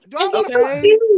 Okay